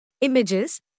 Images